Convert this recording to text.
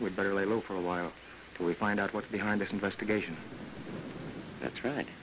we'd better lay low for a while we find out what's behind this investigation that's right